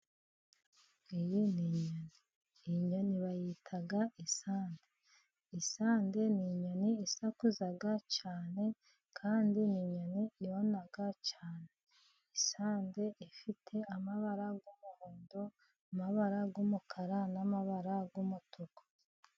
Iyi nyoni bayita isande. Isande ni inyoni isakuza cyane, kandi ni inyoni yona cyane. Isande ifite amabara y'umuhondo, amabara y'umukara, n'amabara y'umutuku.